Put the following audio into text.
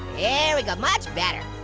there we go, much better.